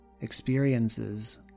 experiences